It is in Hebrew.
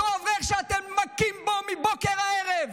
אותו אברך שאתם מכים בו מבוקר עד ערב